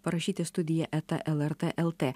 parašyti studija eta lrt lt